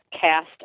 cast